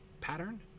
pattern